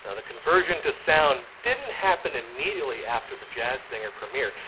ah the conversion to sound didn't happen immediately after the jazz singer premiere.